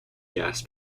gas